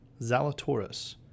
Zalatoris